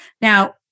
Now